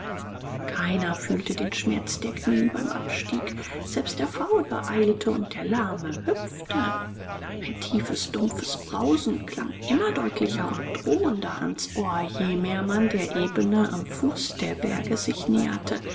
keiner fühlte den schmerz der knie beim abstieg selbst der faule eilte und der lahme hüpfte ein tiefes dumpfes brausen klang immer deutlicher und drohender ans ohr je mehr man der ebene am fuß der berge sich näherte